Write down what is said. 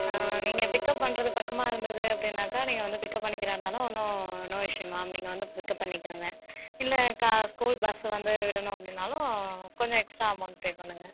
நீங்கள் பிக்அப் பண்ணுறது பக்கமாக இருந்தது அப்படினாக்கா நீங்கள் வந்து பிக்அப் பண்ணிக்கிறாக இருந்தாலும் ஒன்றும் நோ இஷ்யூ மேம் நீங்கள் வந்து பிக்அப் பண்ணிக்கோங்க இல்லை கா ஸ்கூல் பஸ்ஸு வந்து விடணும் அப்படினாலும் கொஞ்சம் எக்ஸ்ட்ரா அமௌன்ட் பே பண்ணுங்கள்